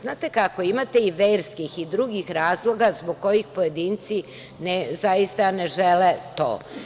Znate kako, imate verskih i drugih razloga zbog kojih pojedinci zaista ne žele to.